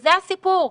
וזה הסיפור.